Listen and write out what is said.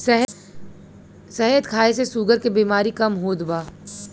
शहद खाए से शुगर के बेमारी कम होत बा